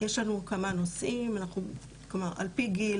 יש לנו כמה נושאים, על פי גיל.